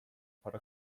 para